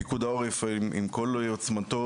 פיקוד העורף עם כל עוצמתו,